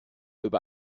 über